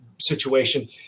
situation